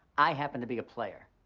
i happen to be a player.